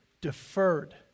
deferred